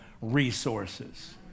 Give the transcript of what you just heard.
resources